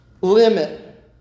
Limit